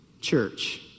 church